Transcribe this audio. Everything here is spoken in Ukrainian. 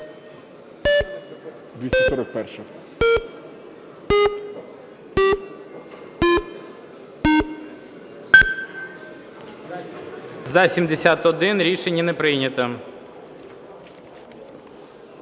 За-83 Рішення не прийнято.